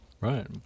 Right